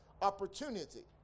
opportunity